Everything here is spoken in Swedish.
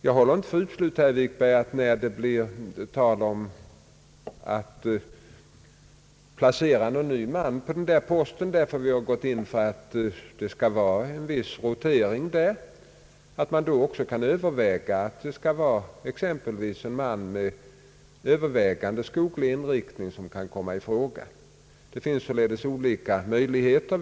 Jag håller inte för uteslutet, herr Wikberg, att man, när det blir tal om att placera någon ny man på denna post, också kan överväga att exempelvis en man med övervägande skoglig inriktning kan komma i fråga, eftersom vi har gått in för att det skall vara en viss rotering beträffande de olika intresseområdena. Det finns således olika möjligheter.